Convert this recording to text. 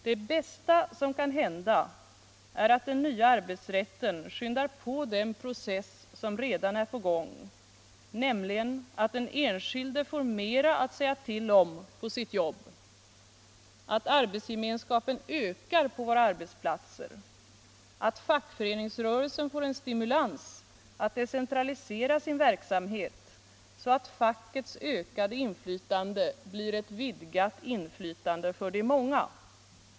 Det bästa som kan hända är att den nya arbetsrätten skyndar på den process som redan är på gång, nämligen att den enskilde får mera att säga till om på sitt jobb, att arbetsgemenskapen ökar på våra arbetsplatser, att fackföreningsrörelsen får en stimulans att decentralisera sin verksamhet så att fackets ökade inflytande blir ett vidgat inflytande för de många.